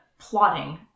plotting